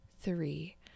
three